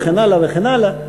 וכן הלאה וכן הלאה,